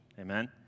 amen